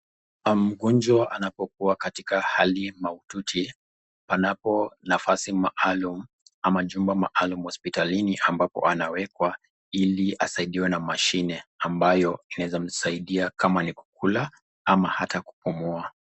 Mgonjwa anapowa katika hali mahututi panapo nafasi maalum ama jumba maalum hospitalini ambapo anawekwa ili asaidiwe na mashine ambayo inaweza kumsaidia kama ni kukula ama hata ni kupumua.